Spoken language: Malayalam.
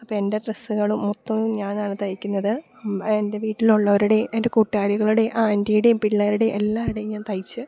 അപ്പോൾ എൻ്റെ ഡ്രസ്സുകളും മൊത്തവും ഞാനാണ് തയ്ക്കുന്നത് എൻ്റെ വീട്ടിലുള്ളവരുടെയും എൻ്റെ കൂട്ടുകാരികളുടെയും ആൻ്റിയുടെയും പിള്ളേരുടെയും എല്ലാരുടെയും ഞാൻ തയ്ച്ചു